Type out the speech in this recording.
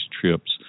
trips